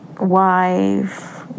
wife